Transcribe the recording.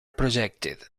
projected